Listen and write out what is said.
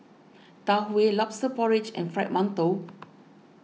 Tau Huay Lobster Porridge and Fried Mantou